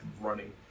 running